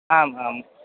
आम् आम्